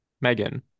Megan